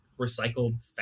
recycled